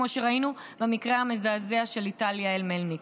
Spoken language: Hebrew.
כמו שראינו במקרה המזעזע של ליטל יעל מלניק.